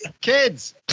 Kids